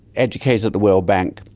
educated at the world bank,